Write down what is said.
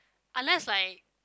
unless like